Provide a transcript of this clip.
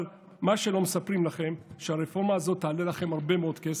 אבל מה שלא מספרים לכם הוא שהרפורמה הזאת תעלה לכם הרבה מאוד כסף.